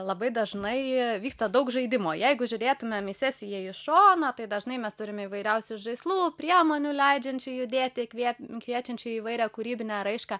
labai dažnai vyksta daug žaidimo jeigu žiūrėtumėm į sesiją iš šono tai dažnai mes turime įvairiausių žaislų priemonių leidžiančių judėti kvie kviečiančią įvairią kūrybinę raišką